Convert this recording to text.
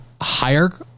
higher